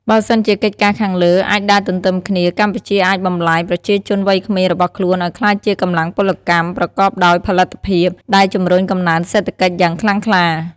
បើសិនជាកិច្ចការខាងលើអាចអាចដើរទន្ទឹមគ្នា កម្ពុជាអាចបំលែងប្រជាជនវ័យក្មេងរបស់ខ្លួនឲ្យក្លាយជាកម្លាំងពលកម្មប្រកបដោយផលិតភាព ដែលជំរុញកំណើនសេដ្ឋកិច្ចយ៉ាងខ្លាំងខ្លា។